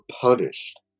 punished